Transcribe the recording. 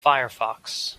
firefox